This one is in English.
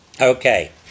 Okay